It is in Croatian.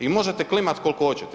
I možete klimati koliko hoćete.